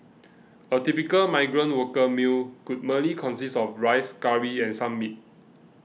a typical migrant worker meal could merely consist of rice curry and some meat